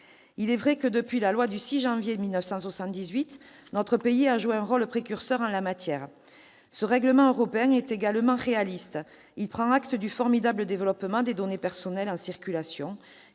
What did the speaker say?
Il est vrai que, depuis la loi du 6 janvier 1978, notre pays a joué un rôle précurseur en la matière. Ce règlement européen est également réaliste. Il prend acte du formidable développement des données personnelles en circulation